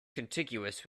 contiguous